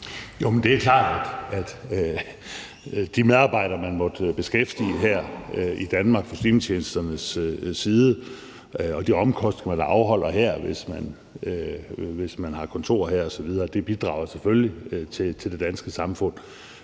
(S): Det er klart, at de medarbejdere, man måtte beskæftige her i Danmark fra streamingtjenesternes side, og de omkostninger, man afholder her, hvis man har kontor her osv., selvfølgelig bidrager til det danske samfund.